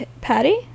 patty